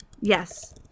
Yes